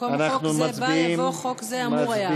במקום "חוק זה בא" יבוא "חוק זה אמור היה".